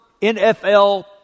NFL